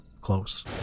close